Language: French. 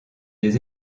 des